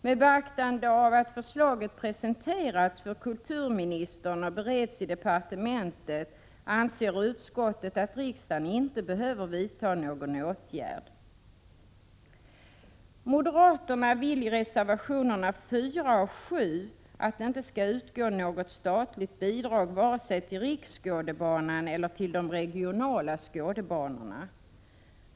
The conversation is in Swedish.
Med beaktande av att förslaget presenteras för kulturministern och bereds i departementet anser utskottet att riksdagen inte behöver vidta någon åtgärd. Moderaterna yrkar i reservationerna 4 och 7 att statligt bidrag inte skall utgå vare sig till Riksskådebanan eller till de regionala skådebanorna.